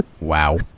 Wow